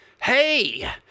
hey